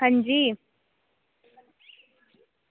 हां जी